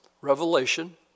Revelation